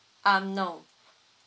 um no